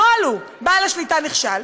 הנוהל הוא: בעל השליטה נכשל,